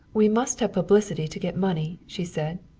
we must have publicity to get money, she said.